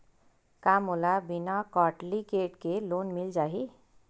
का मोला बिना कौंटलीकेट के लोन मिल जाही?